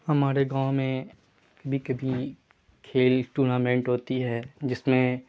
ہمارے گاؤں میں بھی کبھی کھیل ٹورنامنٹ ہوتی ہے جس میں